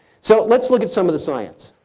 so let's look at some of the science.